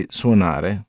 suonare